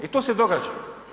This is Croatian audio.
I to se događa.